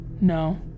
No